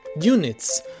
units